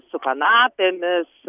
su kanapėmis